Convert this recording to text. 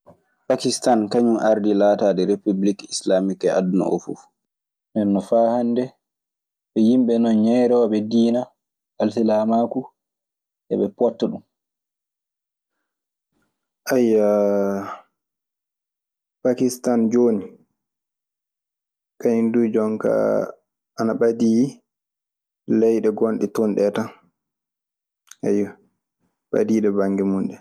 Pakkistan kañun ardii laataaɗe repubike Islamik e aduna oo fu. Nden non faa hannde ɓe yimɓe non ñeerooɓe diina alsilamaaku, eɓe pooɗta ɗun.